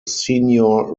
senior